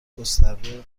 گسترده